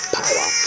power